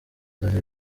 dore